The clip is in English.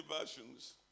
versions